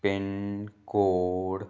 PIN code